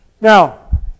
Now